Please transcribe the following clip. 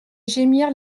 gémir